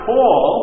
Paul